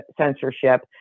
censorship